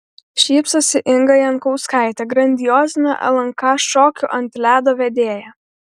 šypsosi inga jankauskaitė grandiozinio lnk šokių ant ledo vedėja